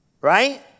Right